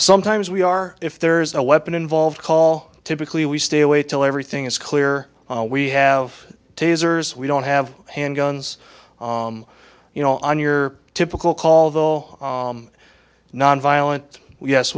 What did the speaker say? sometimes we are if there's a weapon involved call typically we stay away till everything is clear we have tasers we don't have handguns you know on your typical call though non violent yes